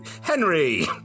Henry